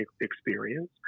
experience